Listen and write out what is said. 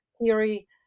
theory